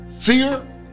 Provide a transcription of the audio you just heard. Fear